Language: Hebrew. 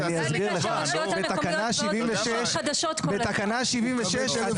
אני אסביר לך --- בתקנה 76 --- אני אתן לך